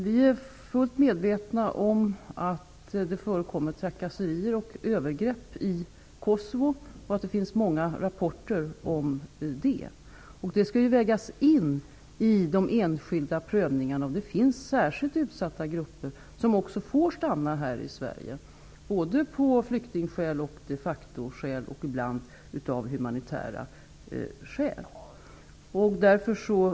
Jag är fullt medveten om att det förekommer trakasserier och övergrepp i Kosovo och att det finns många rapporter om detta. Det skall vägas in i de enskilda prövningarna. Det finns särskilt utsatta grupper som av flyktingskäl, de facto-skäl och ibland av humanitära skäl också får stanna här i Sverige.